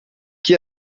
chi